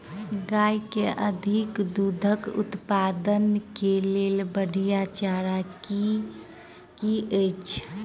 गाय केँ अधिक दुग्ध उत्पादन केँ लेल बढ़िया चारा की अछि?